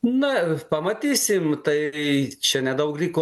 na pamatysim tai čia nedaug liko